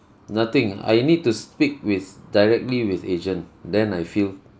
nothing I need to speak with directly with agent then I feel